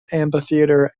amphitheatre